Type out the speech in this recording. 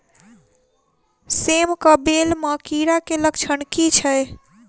सेम कऽ बेल म कीड़ा केँ लक्षण की छै?